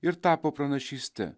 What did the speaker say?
ir tapo pranašyste